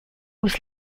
was